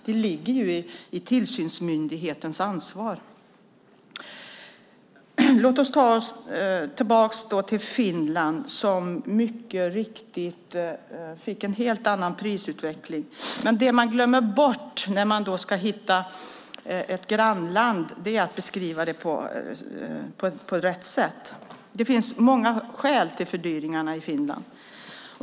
Det ligger i tillsynsmyndighetens ansvar. Låt oss ta oss tillbaka till Finland, som mycket riktigt fick en helt annan prisutveckling. Men det man glömmer bort när man hittar ett grannland är att beskriva det på rätt sätt. Det finns många orsaker till fördyringarna i Finland.